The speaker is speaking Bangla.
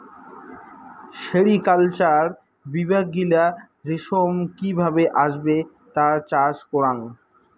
সেরিকালচার বিভাগ গিলা রেশম কি ভাবে আসবে তার চাষ করাং